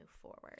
forward